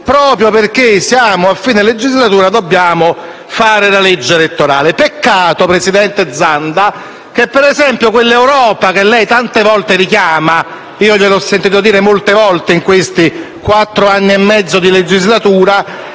proprio perché siamo a fine legislatura, dobbiamo fare la legge elettorale. Peccato, presidente Zanda, che quell'Europa che lei tante volte richiama - gliel'ho sentito dire molte volte in questi quattro anni e mezzo di legislatura